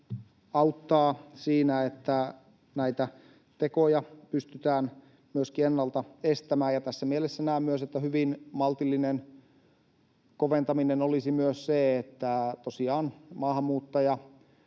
auttaa siinä, että näitä tekoja pystytään myöskin ennalta estämään. Tässä mielessä näen myös, että hyvin maltillisella koventamisella myös tosiaan maahanmuuttajataustaisilla